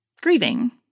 grieving